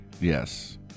Yes